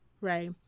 right